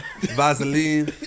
Vaseline